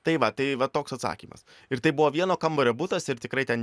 tai va tai va toks atsakymas ir tai buvo vieno kambario butas ir tikrai ten